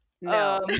No